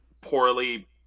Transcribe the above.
poorly